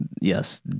Yes